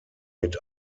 mit